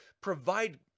provide